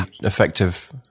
effective